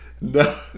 No